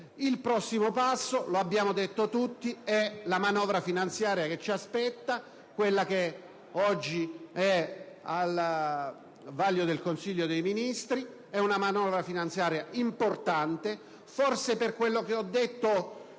Il prossimo passo, l'abbiamo detto tutti, è la manovra finanziaria che ci aspetta, quella che oggi è al vaglio del Consiglio dei ministri. È una manovra finanziaria importante che forse, per quel che ho detto,